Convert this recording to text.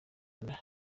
rwanda